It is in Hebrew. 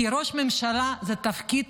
כי ראש ממשלה זה תפקיד